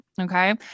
Okay